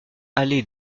allée